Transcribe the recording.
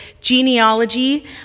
genealogy